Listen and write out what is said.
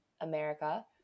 America